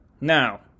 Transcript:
Now